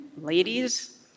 ladies